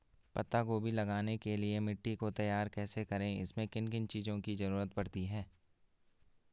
पत्ता गोभी लगाने के लिए मिट्टी को तैयार कैसे करें इसमें किन किन चीज़ों की जरूरत पड़ती है?